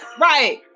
Right